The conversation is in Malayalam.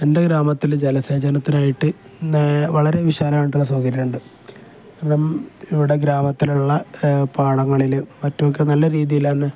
എൻ്റെ ഗ്രാമത്തിൽ ജലസേചനത്തിനായിട്ട് വളരെ വിശാലമായിട്ടുള്ള സൗകര്യമുണ്ട് കാരണം ഇവിടെ ഗ്രാമത്തിലുള്ള പാടങ്ങളിൽ മറ്റൊക്കെ നല്ല രീതിയിൽ അന്ന്